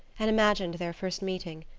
and imagined their first meeting.